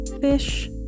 fish